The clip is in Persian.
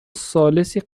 ثالثی